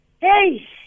hey